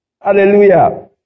Hallelujah